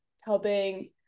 helping